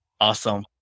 Awesome